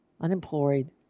unemployed